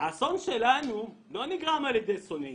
האסון שלנו לא נגרם על ידי שונא ישראל,